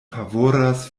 favoras